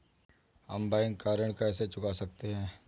हम बैंक का ऋण कैसे चुका सकते हैं?